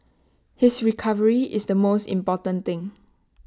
his recovery is the most important thing